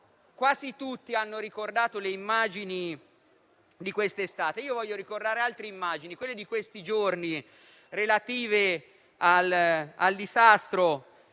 Quasi tutti hanno ricordato le immagini di quest'estate. Io voglio invece ricordarne altre, che sono quelle di questi ultimi giorni relative al disastro